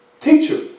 Teacher